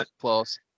close